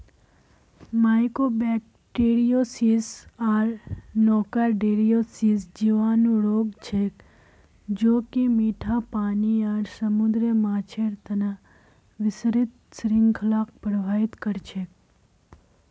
mycobacteriosis आर nocardiosis जीवाणु रोग छेक ज कि मीठा पानी आर समुद्री माछेर तना विस्तृत श्रृंखलाक प्रभावित कर छेक